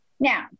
Now